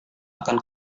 akan